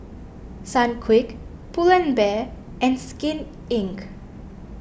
Sunquick Pull and Bear and Skin Inc